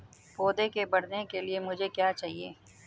पौधे के बढ़ने के लिए मुझे क्या चाहिए?